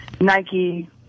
Nike